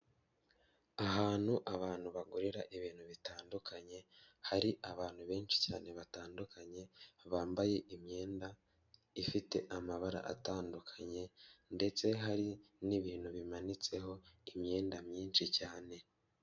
Ahantu abantu bakorera ibintu bitandukanye, hari abantu benshi cyane batandukanye, bambaye imyenda ifite amabara atandukanye, ndetse hari n'ibintu bimanitseho imyenda myinshi cyane.